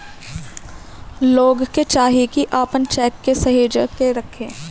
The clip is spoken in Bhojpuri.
लोग के चाही की आपन चेक के सहेज के रखे